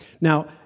Now